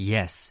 Yes